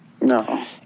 No